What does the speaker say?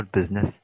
business